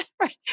right